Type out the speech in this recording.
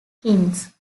kings